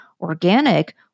organic